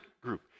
group